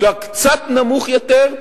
קצת נמוך יותר,